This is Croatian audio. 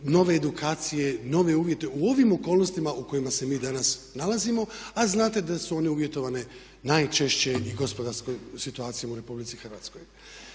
nove edukacije, nove uvjete u ovim okolnostima u kojima se mi danas nalazimo a znate da su one uvjetovane najčešće i gospodarskom situacijom u RH. Kada je